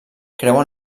creuen